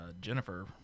Jennifer